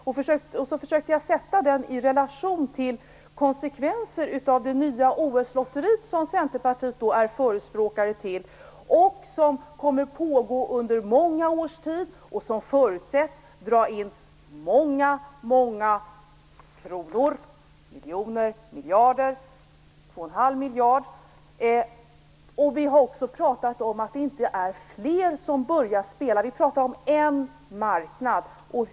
Jag försökte sätta detta i relation till konsekvenser av det nya OS-lotteri som Centerpartiet är förespråkare för, som kommer att pågå under många års tid och som förutsätts dra in många kronor, miljoner och miljarder - åtminstone 21⁄2 miljard.